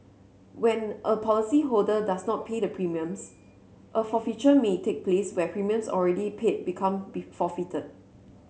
when a policyholder does not pay the premiums a forfeiture may take place where premiums already paid become be forfeited